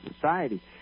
society